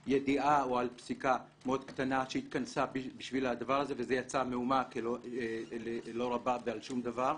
שהתכנסה על ידיעה או על פסיקה מאוד קטנה ויצרה מהומה רבה על שום דבר.